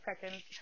seconds